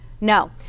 No